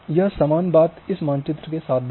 यह समान बात इस मानचित्र के साथ भी है